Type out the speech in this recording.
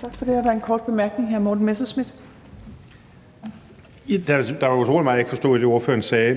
Tak for det. Der er en kort bemærkning. Hr. Morten Messerschmidt. Kl. 16:53 Morten Messerschmidt (DF): Der var utrolig meget, jeg ikke forstod i det, ordføreren sagde.